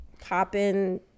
popping